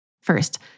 First